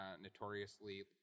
notoriously